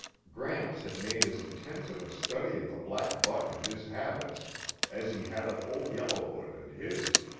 gramps had made as intensive a study of the black buck and his habits as he had of old yellowfoot and his.